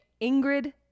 Ingrid